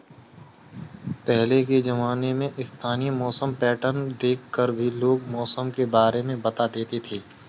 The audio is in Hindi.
पहले के ज़माने में स्थानीय मौसम पैटर्न देख कर भी लोग मौसम के बारे में बता देते थे